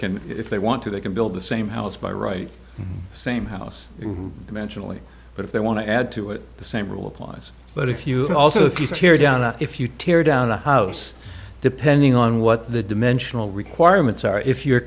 can if they want to they can build the same house buy right same house eventually but if they want to add to it the same rule applies but if you also thesis here down if you tear down a house depending on what the dimensional requirements are if you're